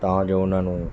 ਤਾਂ ਜੋ ਉਨ੍ਹਾਂ ਨੂੰ